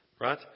Right